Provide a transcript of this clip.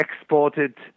exported